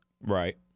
Right